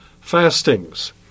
fastings